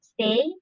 stay